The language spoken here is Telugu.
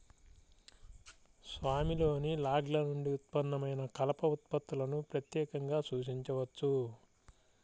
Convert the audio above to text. స్వామిలోని లాగ్ల నుండి ఉత్పన్నమైన కలప ఉత్పత్తులను ప్రత్యేకంగా సూచించవచ్చు